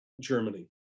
Germany